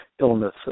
illnesses